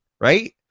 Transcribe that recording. right